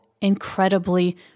incredibly